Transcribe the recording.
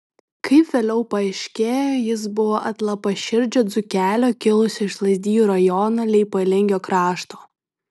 kaip vėliau paaiškėjo jis buvo atlapaširdžio dzūkelio kilusio iš lazdijų rajono leipalingio krašto